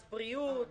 מס בריאות,